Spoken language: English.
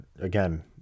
again